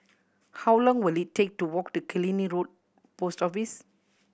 how long will it take to walk to Killiney Road Post Office